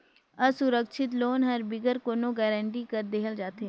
असुरक्छित लोन हर बिगर कोनो गरंटी कर देहल जाथे